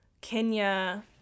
kenya